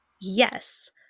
Yes